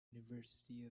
university